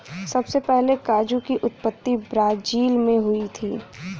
सबसे पहले काजू की उत्पत्ति ब्राज़ील मैं हुई थी